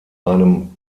einem